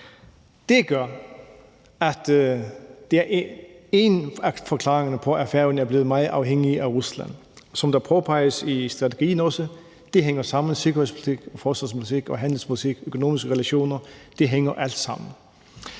Det er en af forklaringerne på, at Færøerne er blevet meget afhængige af Rusland. Som det også påpeges i strategien, hænger det sammen med sikkerhedspolitik, forsvarspolitik, handelspolitik og økonomiske relationer. Det hænger alt sammen